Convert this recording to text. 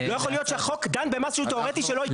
לא יכול להיות שהחוק דן במשהו תיאורטי שלא יקרה.